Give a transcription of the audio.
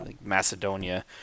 Macedonia